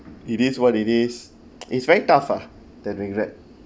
it is what it is it's very tough ah than regret